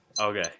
Okay